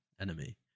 enemy